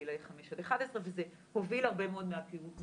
בגילאי 5 עד 11 וזה הוביל הרבה מאוד מהפעולות.